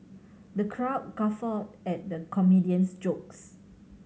the crowd guffawed at the comedian's jokes